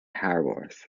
haworth